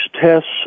tests